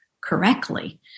correctly